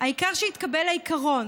העיקר שיתקבל העיקרון